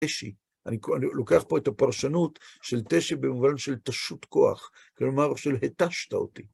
תשי, אני לוקח פה את הפרשנות של תשי במובן של תשות כוח, כלומר, של התשת אותי.